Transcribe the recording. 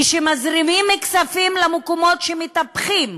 כשמזרימים כספים למקומות שמטפחים